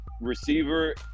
receiver